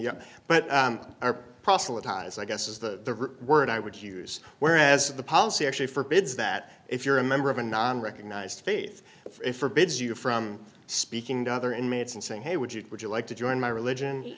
uk but are proselytize i guess is the word i would use whereas the policy actually forbids that if you're a member of a non recognized faith forbids you from speaking to other inmates and saying hey would you would you like to join my religion